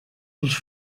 els